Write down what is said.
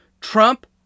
Trump